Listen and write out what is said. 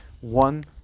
one